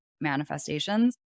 manifestations